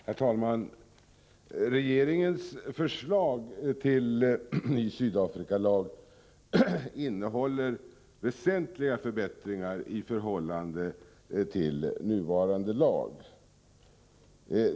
Herr talman! Regeringens förslag till ny Sydafrikalag innehåller väsentliga förbättringar i förhållande till nuvarande lag.